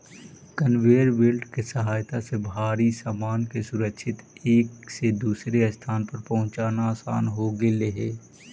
conveyor belt के सहायता से भारी सामान के सुरक्षित एक से दूसर स्थान पर पहुँचाना असान हो गेलई हे